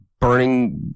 burning